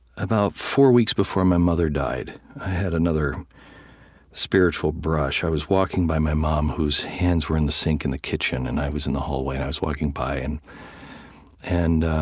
about four weeks before my mother died, i had another spiritual brush. i was walking by my mom, whose hands were in the sink in the kitchen, and i was in the hallway. and i was walking by, and and